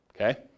okay